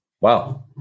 Wow